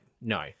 No